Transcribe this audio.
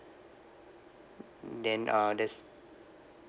mm then uh there's